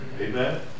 Amen